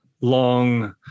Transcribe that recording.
long